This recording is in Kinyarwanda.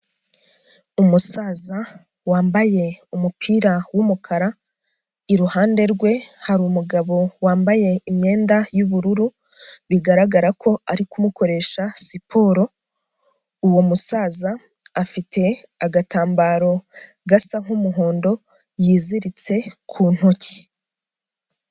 Umusaza wambaye umupira w'umukara, iruhande rwe hari umugabo wambaye imyenda y'ubururu, bigaragara ko ari kumukoresha siporo, uwo musaza afite agatambaro gasa nk'umuhondo yiziritse ku ntoki.